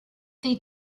they